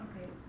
okay